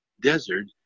desert